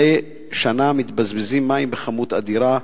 כי מדי שנה מתבזבזים מים בכמות אדירה,